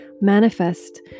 manifest